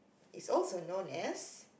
is also known as